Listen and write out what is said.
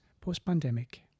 post-pandemic